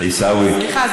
סליחה,